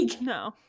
no